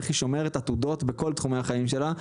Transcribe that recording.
איך היא שומרת עתודות בכל תחומי החיים שלה,